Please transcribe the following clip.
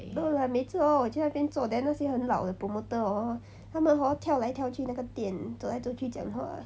没有啦每次 hor 我去那边做 then 那些很老的 promoter hor 她们 hor 跳来跳去那个店走来走去讲话